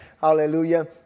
Hallelujah